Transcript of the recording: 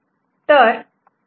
Y A B